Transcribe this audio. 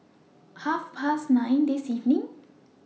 At Half Past nine This evening